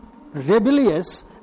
rebellious